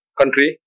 country